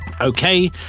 Okay